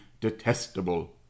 detestable